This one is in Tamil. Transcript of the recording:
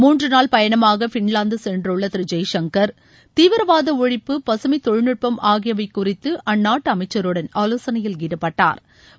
முன்று நாள் பயணமாக பின்லாந்து சென்றுள்ள திரு ஜெய்சங்கர் தீவிரவாத ஒழிப்பு பசுமமத் தொழில்நுட்பம் ஆகியவை குறித்து அந்நாட்டு அமைச்சருடன் ஆலோசனையில் ஈடுபட்டாா்